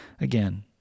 again